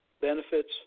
benefits